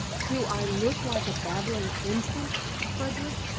do i look like a babbling infant, frederick?